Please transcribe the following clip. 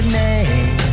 name